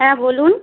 হ্যাঁ বলুন